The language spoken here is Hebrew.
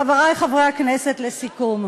חברי חברי הכנסת, לסיכום,